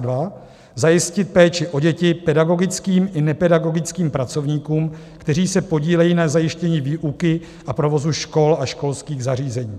II. zajistit péči o děti pedagogickým i nepedagogickým pracovníkům, kteří se podílejí na zajištění výuky a provozu škol a školských zařízení;